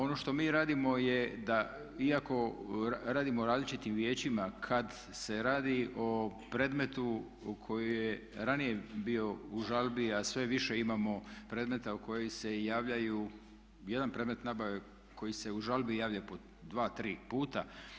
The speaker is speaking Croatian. Ono što mi radimo je da iako radimo u različitim vijećima kad se radi o predmetu u koji je ranije bio u žalbi a sve više imamo predmeta u koji se javljaju, jedan predmet nabave koji se u žalbi javlja po dva tri puta.